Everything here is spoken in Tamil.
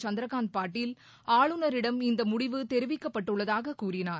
சந்திரகாந்த் பாட்டீல் ஆளுநரிடம் இந்த முடிவு தெரிவிக்கப்பட்டுள்ளதாக கூறினார்